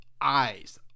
eyes